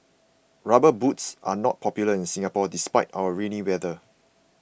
rubber boots are not popular in Singapore despite our rainy weather